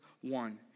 one